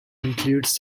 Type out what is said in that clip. includes